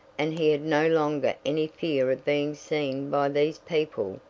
and he had no longer any fear of being seen by these people,